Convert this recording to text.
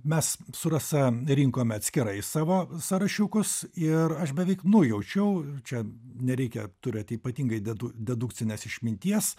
mes su rasa rinkome atskirai savo sąrašiukus ir aš beveik nujaučiau čia nereikia turėti ypatingai dedu dedukcinės išminties